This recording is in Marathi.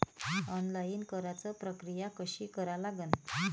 ऑनलाईन कराच प्रक्रिया कशी करा लागन?